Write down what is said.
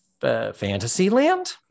Fantasyland